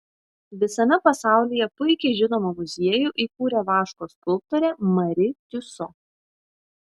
visame pasaulyje puikiai žinomą muziejų įkūrė vaško skulptorė mari tiuso